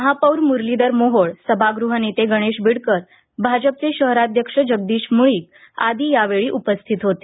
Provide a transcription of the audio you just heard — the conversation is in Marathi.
महापौर मुरलीधर मोहोळ सभागृहनेते गणेश बिडकर भाजपचे शहराध्यक्ष जगदीश मुळीक आदी यावेळी उपस्थित होते